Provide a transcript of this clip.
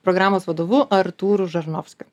programos vadovu artūru žarnovskiu